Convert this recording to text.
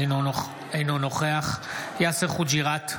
אינו נוכח יאסר חוג'יראת,